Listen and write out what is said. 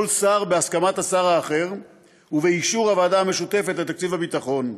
כל שר בהסכמת שר אחר ובאישור הוועדה המשותפת לתקציב הביטחון.